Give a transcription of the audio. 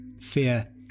Fear